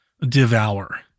devour